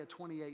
28